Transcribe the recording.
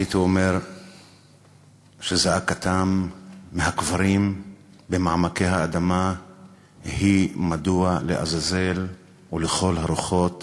הייתי אומר שזעקתם מהקברים במעמקי האדמה היא מדוע לעזאזל ולכל הרוחות